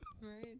Right